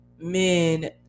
men